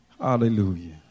Hallelujah